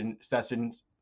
sessions